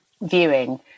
viewing